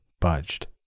budged